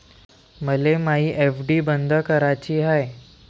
मले मायी एफ.डी बंद कराची हाय